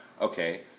Okay